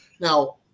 Now